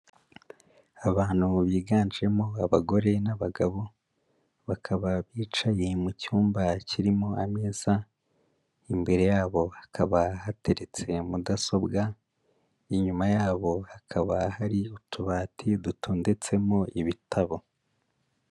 Abantu biganjemo abagore n'abagabo, bakaba bicaye mu cyumba kirimo ameza, imbere yabo hakaba hateretse mudasobwa, inyuma yabo hakaba hari utubati dutondetsemo ibitabo.